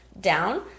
down